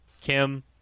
Kim